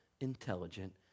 intelligent